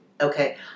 Okay